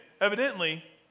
evidently